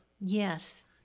Yes